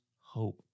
hope